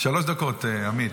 שלוש דקות, עמית.